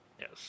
Yes